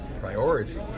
Priority